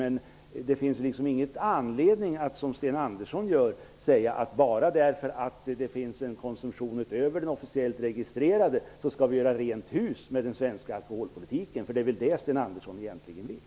Men det finns liksom ingen anledning att, som Sten Andersson gör, säga att bara därför att det finns en konsumtion utöver den officiellt registrerade skall vi göra rent hus med den svenska alkoholpolitiken. För det är väl det Sten Andersson egentligen vill.